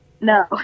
No